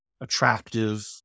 attractive